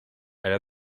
elle